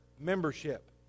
membership